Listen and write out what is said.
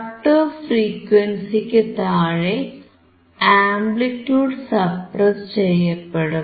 cut off ഫ്രീക്വൻസിക്കു താഴെ amplitude suppress ചെയ്യപ്പെടും